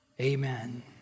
Amen